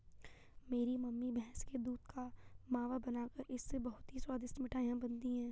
मेरी मम्मी भैंस के दूध का मावा बनाकर इससे बहुत ही स्वादिष्ट मिठाई बनाती हैं